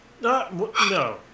No